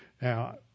Now